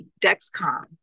Dexcom